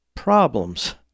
problems